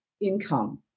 income